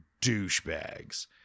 douchebags